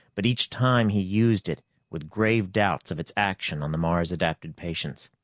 but each time he used it with grave doubts of its action on the mars-adapted patients.